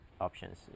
options